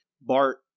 bart